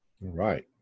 right